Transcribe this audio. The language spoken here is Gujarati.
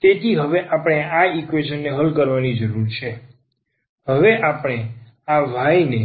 તેથી હવે આપણે આ ઈક્વેશન ને હલ કરવાની જરૂર છે કારણ કે આપણે આ y